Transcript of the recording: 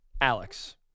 Alex